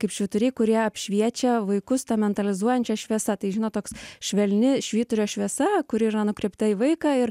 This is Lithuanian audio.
kaip švyturiai kurie apšviečia vaikus ta mentalizuojančia šviesa tai žinot toks švelni švyturio šviesa kuri yra nukreipta į vaiką ir